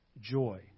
joy